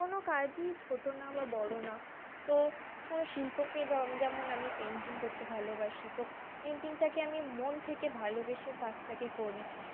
কোনো কাজই ছোটো না বা বড়ো না তো কোনো শিল্পকে যেমন আমি পেন্টিং করতে ভালোবাসি তো পেন্টিংটাকে আমি মন থেকে ভালোবেসে কাজটাকে করি